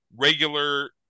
regular